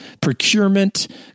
procurement